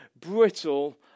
brittle